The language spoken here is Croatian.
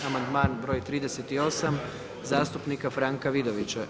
Amandman broj 38. zastupnika Franka Vidovića.